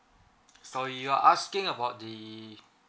so you're asking about the